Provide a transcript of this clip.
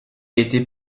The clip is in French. été